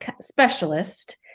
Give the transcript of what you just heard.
specialist